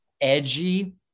edgy